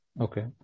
Okay